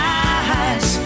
eyes